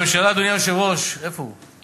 הממשלה, אדוני היושב-ראש, איפה הוא?